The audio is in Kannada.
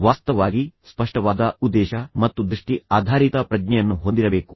ವಾಸ್ತವವಾಗಿ ನೀವು ಸ್ಪಷ್ಟವಾದ ಉದ್ದೇಶ ಮತ್ತು ದೃಷ್ಟಿ ಆಧಾರಿತ ಪ್ರಜ್ಞೆಯನ್ನು ಹೊಂದಿರಬೇಕು